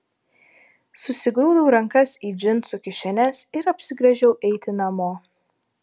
susigrūdau rankas į džinsų kišenes ir apsigręžiau eiti namo